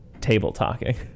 table-talking